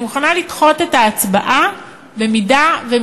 אני מוכנה לדחות את ההצבעה אם משרד